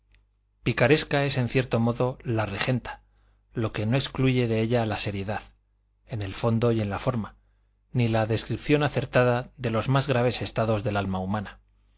picaresca es en cierto modo la regenta lo que no excluye de ella la seriedad en el fondo y en la forma ni la descripción acertada de los más graves estados del alma humana